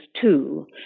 two